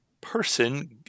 person